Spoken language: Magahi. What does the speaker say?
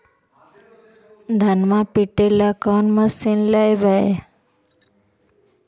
धनमा पिटेला कौन मशीन लैबै?